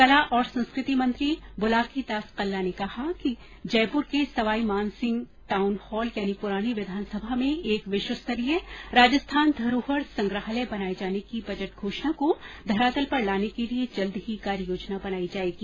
कला और संस्कृति मंत्री बुलाकी दास कल्ला ने कहा कि जयपुर के सवाई मानसिंह टाउन हॉल यानि पुरानी विधानसभा में एक विश्वस्तरीय राजस्थान धरोहर संग्रहालय बनाये जाने की बजट घोषणा को धरातल पर लाने के लिए जल्द ही कार्ययोजना बनायी जाएगी